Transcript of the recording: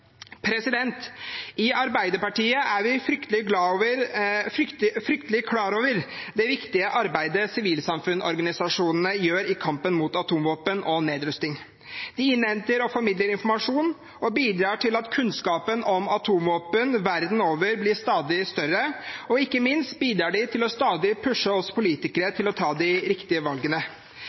I Arbeiderpartiet er vi fryktelig klar over det viktige arbeidet sivilsamfunnsorganisasjonene gjør i kampen mot atomvåpen og nedrusting. De innhenter og formidler informasjon og bidrar til at kunnskapen om atomvåpen verden over blir stadig større. Ikke minst bidrar de til stadig å pushe oss politikere til å ta de riktige valgene.